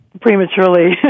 prematurely